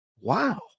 wow